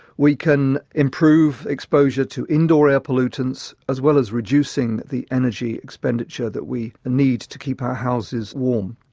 we can improve exposure to indoor air pollutants as well as reducing the energy expenditure that we need to keep our houses warm.